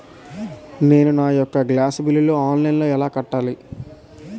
నేను నా యెక్క గ్యాస్ బిల్లు ఆన్లైన్లో ఎలా కట్టాలి?